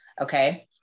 Okay